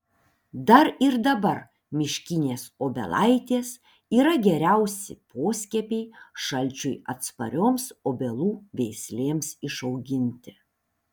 dar ir dabar miškinės obelaitės yra geriausi poskiepiai šalčiui atsparioms obelų veislėms išauginti